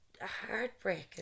heartbreaking